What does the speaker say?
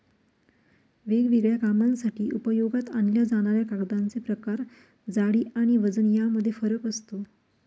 वेगवेगळ्या कामांसाठी उपयोगात आणल्या जाणाऱ्या कागदांचे प्रकार, जाडी आणि वजन यामध्ये फरक असतो